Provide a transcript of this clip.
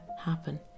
happen